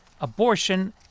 abortion